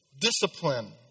discipline